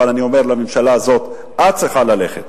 אבל אני אומר לממשלה הזאת: את צריכה ללכת.